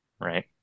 Right